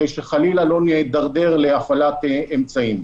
ושחלילה לא נידרדר להפעלת אמצעים.